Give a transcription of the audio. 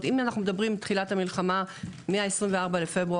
אם אנחנו מדברים מתחילת המלחמה, מ-24.2.22,